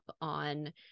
on